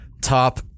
top